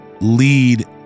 lead